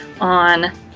on